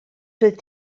doedd